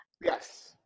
Yes